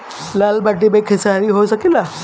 लाल माटी मे खेसारी हो सकेला?